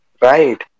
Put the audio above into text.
Right